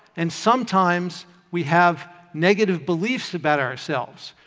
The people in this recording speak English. and sometimes we have negative beliefs about ourselves,